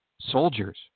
soldiers